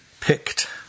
picked